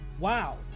wow